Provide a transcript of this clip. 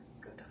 Good